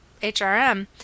HRM